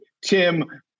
Tim